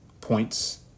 points